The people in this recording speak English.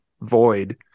void